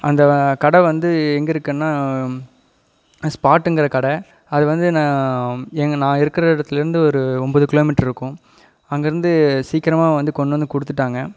அந்த கடை வந்து எங்கே இருக்குதுன்னா ஸ்பாட்டுங்கிற கடை அது வந்து நான் எங்கே நான் இருக்கிற இடத்துலேந்து ஒரு ஒம்பது கிலோமீட்டர் இருக்கும் அங்கேருந்து சீக்கிரமாக வந்து கொண்டு வந்து கொடுத்துட்டாங்க